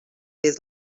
des